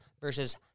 versus